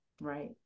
right